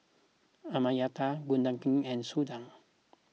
Amartya Gopinath and Sundar